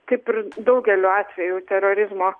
kaip ir daugeliu atvejų terorizmo